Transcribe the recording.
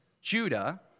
Judah